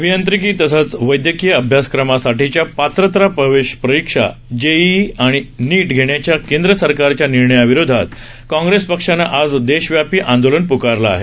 अभियांत्रिकी तसंच वैदयकीय अभ्यासक्रमासाठीच्या पात्रता प्रवेश परीक्षा जेईई आणि एनईईटी घेण्याच्या केंद्र सरकारच्या निर्णयाविरोधात काँग्रेस पक्षानं आज देशव्यापी आंदोलन पुकारलं आहे